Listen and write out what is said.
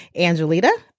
Angelita